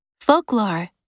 folklore